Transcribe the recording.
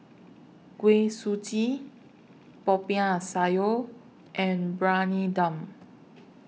Kuih Suji Poiah Sayur and Briyani Dum